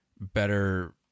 better